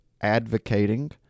advocating